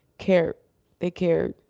cared they cared.